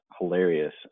Hilarious